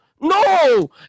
no